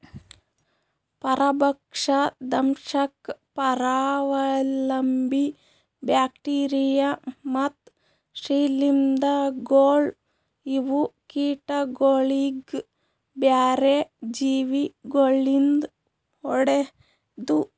ಪರಭಕ್ಷ, ದಂಶಕ್, ಪರಾವಲಂಬಿ, ಬ್ಯಾಕ್ಟೀರಿಯಾ ಮತ್ತ್ ಶ್ರೀಲಿಂಧಗೊಳ್ ಇವು ಕೀಟಗೊಳಿಗ್ ಬ್ಯಾರೆ ಜೀವಿ ಗೊಳಿಂದ್ ಹೊಡೆದು